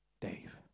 Dave